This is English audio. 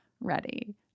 ready